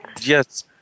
Yes